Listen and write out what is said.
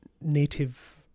native